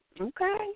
Okay